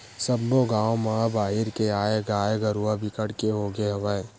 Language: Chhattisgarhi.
सब्बो गाँव म बाहिर के आए गाय गरूवा बिकट के होगे हवय